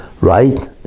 right